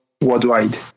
worldwide